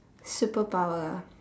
superpower ah